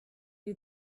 you